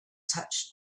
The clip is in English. touched